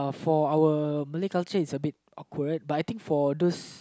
for our Malay culture it's a bit awkward but I think for those